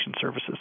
services